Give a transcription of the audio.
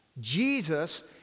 jesus